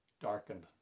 darkened